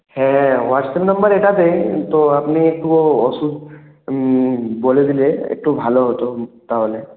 হ্যাঁ হোয়াটসঅ্যাপ নম্বর এটাতেই কিন্তু আপনি একটু ওষুধ বলে দিলে একটু ভালো হত তাহলে